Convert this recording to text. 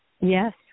Yes